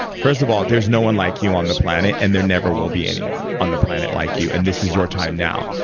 first of all, there's no one like you on the planet and there never will be anyone on the planet like you. and this is your time now.